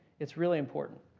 it's really important.